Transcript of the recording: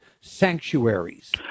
sanctuaries